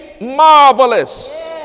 marvelous